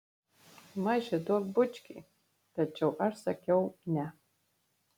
maži duok bučkį tačiau aš sakiau ne